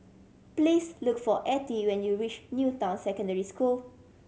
please look for Attie when you reach New Town Secondary School